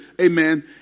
amen